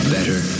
Better